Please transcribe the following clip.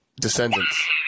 Descendants